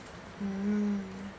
mm